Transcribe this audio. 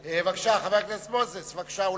חבר הכנסת מוזס, בבקשה.